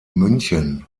münchen